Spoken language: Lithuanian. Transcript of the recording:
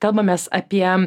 kalbamės apie